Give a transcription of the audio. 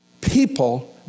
people